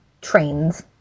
trains